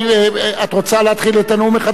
את רוצה להתחיל את הנאום מחדש,